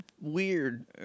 weird